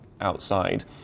outside